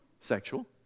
sexual